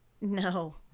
no